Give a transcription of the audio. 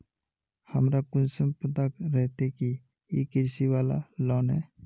हमरा कुंसम पता रहते की इ कृषि वाला लोन है?